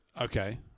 okay